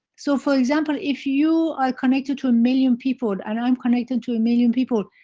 so, for example, if you are connected to a million people, and i'm connected to a million people,